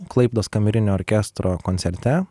klaipėdos kamerinio orkestro koncerte